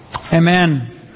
Amen